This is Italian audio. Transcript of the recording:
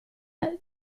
gpl